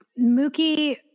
Mookie